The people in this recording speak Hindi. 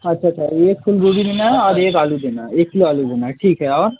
अच्छा अच्छा एक फूलगोभी देना है और एक आलू देना है एक ही आलू देना है ठीक है और